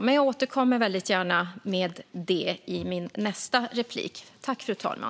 Men jag återkommer väldigt gärna till detta i mitt nästa inlägg.